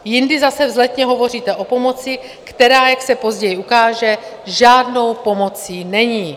Jindy zase vzletně hovoříte o pomoci, která, jak se později ukáže, žádnou pomocí není.